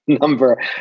number